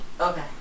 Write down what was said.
Okay